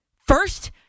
First